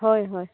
হয় হয়